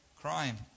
crime